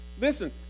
Listen